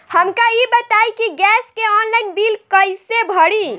हमका ई बताई कि गैस के ऑनलाइन बिल कइसे भरी?